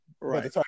Right